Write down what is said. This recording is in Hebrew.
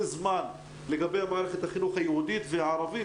זמן לגבי מערכת החינוך היהודית והערבית.